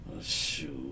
Shoot